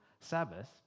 Sabbath